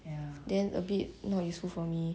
then a bit not useful for me